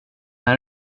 här